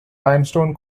limestone